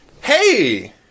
Hey